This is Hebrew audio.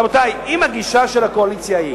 רבותי, אם הגישה של הקואליציה היא